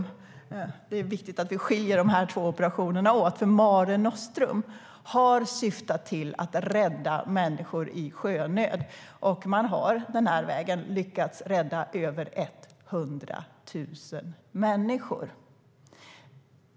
Det är viktigt att vi skiljer de två operationerna åt. Mare Nostrum har syftat till att rädda människor i sjönöd, och man har den vägen lyckats rädda över 100 000 människor.